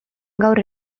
gaur